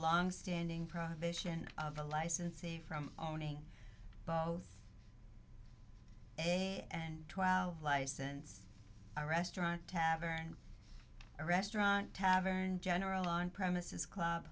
longstanding prohibition of the licensee from owning both a and twelve license a restaurant tavern a restaurant tavern general on premises club